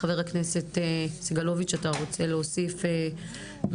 חבר הכנסת סגלוביץ', אתה רוצה להוסיף משהו?